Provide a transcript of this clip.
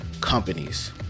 companies